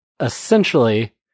essentially